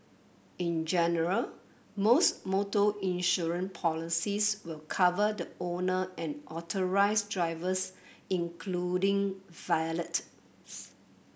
in general most motor insurance policies will cover the owner and authorised drivers including valet